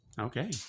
Okay